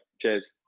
cheers